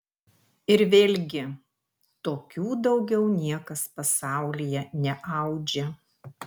ir vėlgi tokių daugiau niekas pasaulyje neaudžia